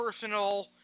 personal